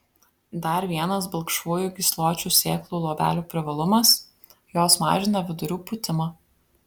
dar vienas balkšvųjų gysločių sėklų luobelių privalumas jos mažina vidurių pūtimą